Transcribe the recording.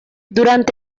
durante